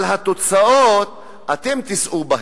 אבל התוצאות, אתם תישאו בהן.